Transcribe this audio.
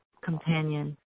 companion